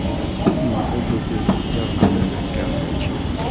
मकइ के उपयोग पिज्जा बनाबै मे कैल जाइ छै